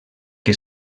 que